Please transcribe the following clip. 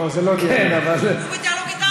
לא, זה לא דיאלוג, כן, אבל, הוא בדיאלוג אתנו.